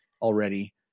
already